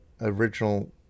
original